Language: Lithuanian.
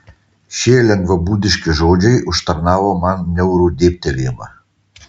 šie lengvabūdiški žodžiai užtarnavo man niaurų dėbtelėjimą